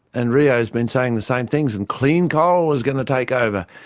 and rio has been saying the same things and clean coal is going to take over.